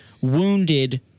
wounded